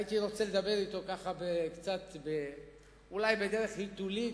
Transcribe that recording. הייתי רוצה לדבר אתו אולי קצת בדרך היתולית,